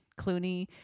Clooney